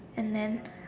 and then